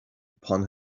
upon